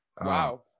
Wow